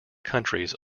countries